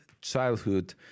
childhood